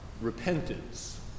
repentance